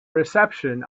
reception